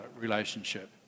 relationship